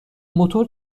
موتور